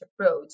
approach